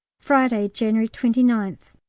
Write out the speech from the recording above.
friday, january twenty ninth.